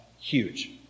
huge